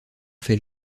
fait